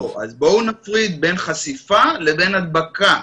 אז בואו נפריד בין חשיפה לבין הדבקה.